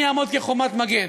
אני אעמוד כחומת מגן.